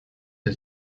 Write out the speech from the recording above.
der